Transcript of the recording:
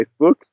Facebook